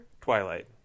Twilight